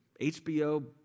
HBO